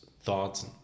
thoughts